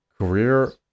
career